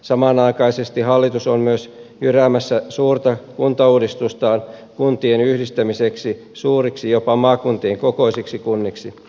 samanaikaisesti hallitus on myös jyräämässä suurta kuntauudistustaan kuntien yhdistämiseksi suuriksi jopa maakuntien kokoisiksi kunniksi